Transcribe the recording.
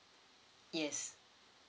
yes